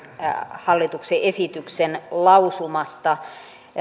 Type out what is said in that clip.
hallituksen esityksen lausumasta